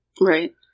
Right